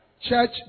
Church